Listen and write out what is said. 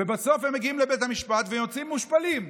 ובסוף הם מגיעים לבית המשפט ויוצאים מושפלים.